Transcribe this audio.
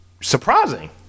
Surprising